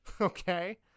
okay